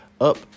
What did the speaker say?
up